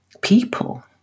people